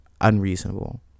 unreasonable